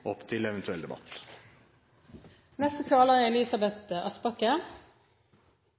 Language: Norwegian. opp til eventuell debatt. Yrkesfagopplæringen er